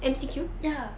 ya